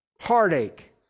heartache